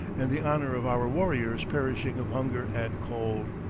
and the honor of our warriors perishing of hunger and cold.